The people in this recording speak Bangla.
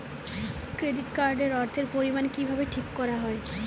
কেডিট কার্ড এর অর্থের পরিমান কিভাবে ঠিক করা হয়?